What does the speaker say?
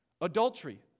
Adultery